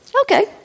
Okay